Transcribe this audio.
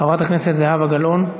חברת הכנסת זהבה גלאון.